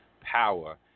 power